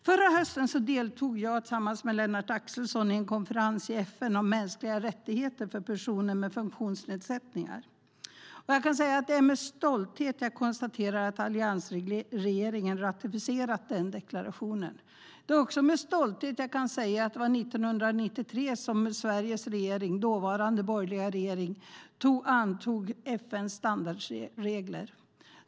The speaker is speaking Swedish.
Förra hösten deltog jag tillsammans med Lennart Axelsson i en konferens i FN om mänskliga rättigheter för personer med funktionsnedsättningar. Det är med stolthet jag konstaterar att alliansregeringen ratificerat den deklarationen. Det är också med stolthet jag kan säga att det var 1993 som Sveriges dåvarande borgerliga regering antog FN:s standardregler.